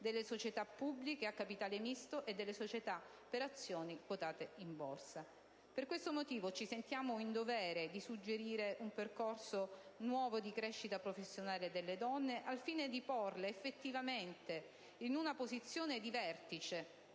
delle società pubbliche e a capitale misto e delle società per azioni quotate in borsa. Per questo motivo ci sentiamo in dovere di suggerire un percorso nuovo di crescita professionale delle donne al fine di porle effettivamente in posizione di vertice,